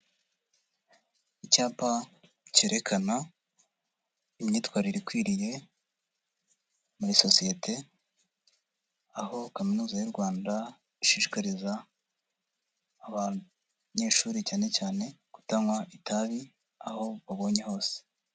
Icyapa cyerekana imyitwarire ikwiriye muri sosiyete, aho kaminuza y'u Rwanda ishishikariza abanyeshuri cyane cyane kutanywa itabi, aho babonye hose.